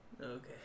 Okay